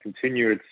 continue